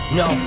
no